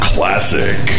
Classic